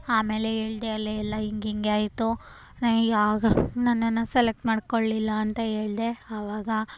ಆಮೇಲೆ ಹೇಳ್ದೆ ಅಲ್ಲೆಲ್ಲ ಹಿಂಗಿಂಗೆ ಆಯಿತು ನಾ ಯಾವುದೂ ನನ್ನನ್ನು ಸೆಲೆಕ್ಟ್ ಮಾಡಿಕೊಳ್ಳಿಲ್ಲ ಅಂತ ಹೇಳ್ದೆ ಆವಾಗ